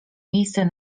miejsce